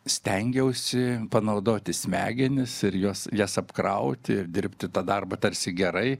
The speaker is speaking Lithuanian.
stengiausi panaudoti smegenis ir jos jas apkrauti ir dirbti tą darbą tarsi gerai